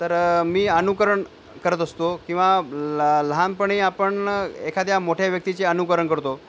तर मी अनुकरण करत असतो किंवा ल लहानपणी आपण एखाद्या मोठ्या व्यक्तीचे अनुकरण करतो